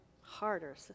Harder